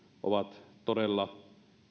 ovat todella